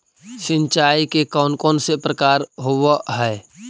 सिंचाई के कौन कौन से प्रकार होब्है?